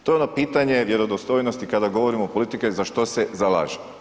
To je ono pitanje vjerodostojnosti kada govorimo politike za što se zalažemo.